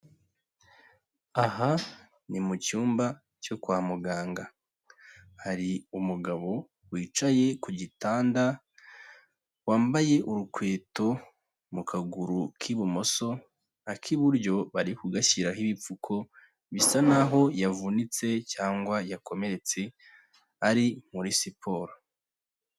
Aha ni mu cyumba cyo kwa muganga, hari umugabo wicaye ku gitanda wambaye urukweto mu kaguru k'ibumoso, ak'iburyo bari kugashyiraho ibipfuko bisa n'aho yavunitse cyangwa yakomeretse ari muri siporo.